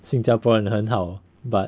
新加坡人很好 but